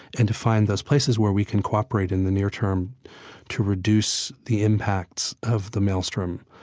and to find those places where we can cooperate in the near term to reduce the impacts of the maelstrom,